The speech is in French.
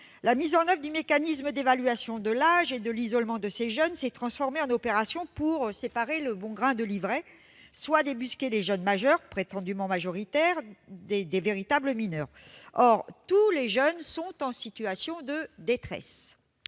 la mise en oeuvre du mécanisme d'évaluation de l'âge et de l'isolement de ces jeunes s'est transformée en une opération pour séparer le bon grain de l'ivraie, c'est-à-dire débusquer les jeunes majeurs- prétendument majoritaires -des véritables mineurs. Or tous ces jeunes sont en situation de détresse